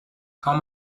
how